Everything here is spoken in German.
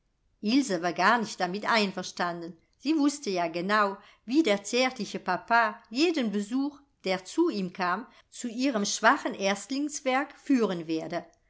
ilse war gar nicht damit einverstanden sie wußte ja genau wie der zärtliche papa jeden besuch der zu ihm kam zu ihrem schwachen erstlingswerk führen werde